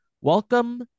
welcome